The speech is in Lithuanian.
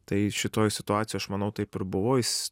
tai šitoj situacijoj aš manau taip ir buvo jis